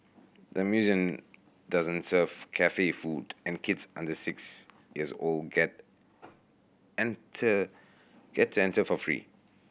the museum doesn't serve cafe food and kids under six years old get enter get enter for free